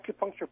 acupuncture